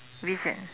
vision